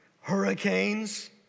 Hurricanes